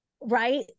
right